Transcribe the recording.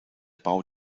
bau